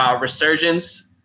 resurgence